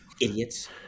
idiots